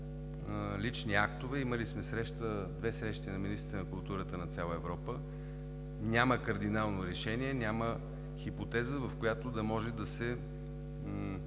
лични актове. Имали сме две срещи на министрите на културата на цяла Европа – няма кардинално решение, няма хипотеза, в която да може да се